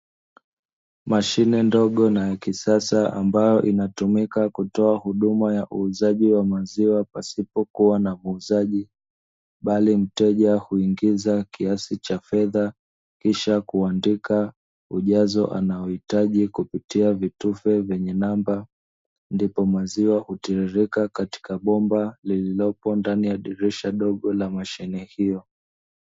Mashine ndogo na ya kisasa ambayo inatumika kutoa huduma ya uuzaji wa maziwa pasipo kuwa na muuzaji bali, mteja huingiza kiasi cha fedha kisha kuandika ujazo anaohitaji kupitia vitufe vyenye namba ndipo maziwa hutiririka katika bomba lililopo ndani ya dirisha dogo la mashine hiyo.